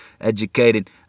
educated